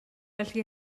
felly